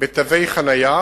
בתווי חנייה,